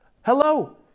Hello